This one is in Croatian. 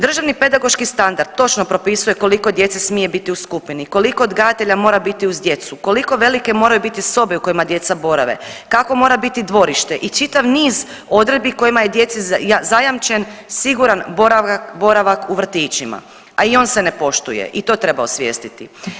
Državni pedagoški standard točno propisuje koliko djece smije biti u skupini, koliko odgajatelja mora biti uz djecu, koliko velike moraju biti sobe u kojima djeca borave, kakvo mora biti dvorište i čitav niz odredbi kojima je djeci zajamčen siguran boravak u vrtićima, a i on se ne poštuje i to treba osvijestiti.